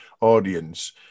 audience